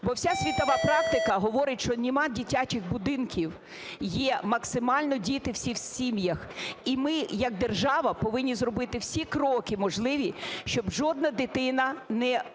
Бо вся світова практика говорить, що нема дитячих будинків, є максимально діти всі в сім'ях і ми, як держава, повинні зробити всі кроки можливі, щоб жодна дитина не була